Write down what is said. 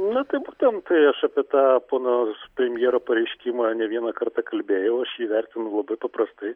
na tai būtent tai aš apie tą pono premjero pareiškimą ne vieną kartą kalbėjau aš jį vertinu labai paprastai